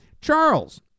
Charles